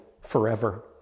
forever